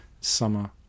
summer